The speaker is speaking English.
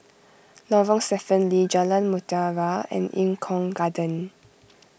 Lorong Stephen Lee Jalan Mutiara and Eng Kong Garden